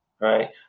right